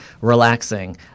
relaxing